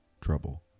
trouble